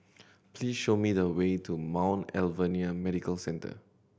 please show me the way to Mount Alvernia Medical Centre